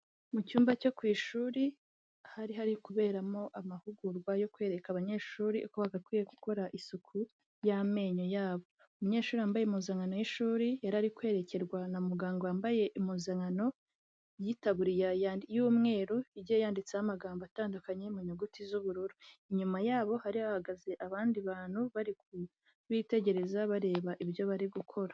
Mu cyumba cyo ku ishuri hari hari kuberamo amahugurwa yo kwereka abanyeshuri uko bagakwiye gukora isuku y'amenyo yabo, umunyeshuri yambaye impuzankano y'ishuri yari ari kwerekerwa na muganga wambaye impuzankano y'itaburiya y'umweru igiye yanditseho amagambo atandukanye mu nyuguti z'ubururu, inyuma yabo hari hahagaze abandi bantu bari kubitegereza bareba ibyo bari gukora.